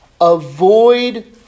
avoid